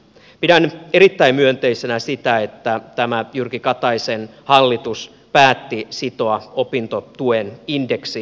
pidän erittäin myönteisenä sitä että tämä jyrki kataisen hallitus päätti sitoa opintotuen indeksiin